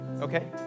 Okay